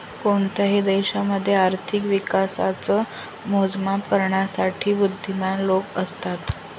कोणत्याही देशामध्ये आर्थिक विकासाच मोजमाप करण्यासाठी बुध्दीमान लोक असतात